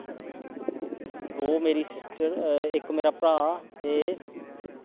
दो मेरी सिस्टर ते इक मेरा भ्रा ते